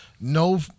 no